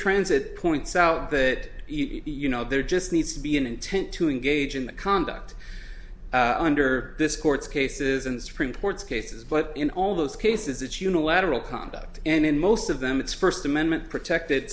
transit points out that you know there are just needs to be an intent to engage in the conduct under this court's cases in the supreme court's cases but in all those cases it's unilateral conduct and in most of them it's first amendment protected